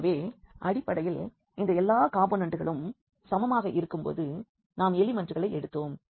எனவே அடிப்படையில் இந்த எல்லா காம்போனெண்ட்களும் சமமாக இருக்கும் பொழுது நாம் எலிமெண்ட்களை எடுத்தோம்